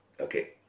okay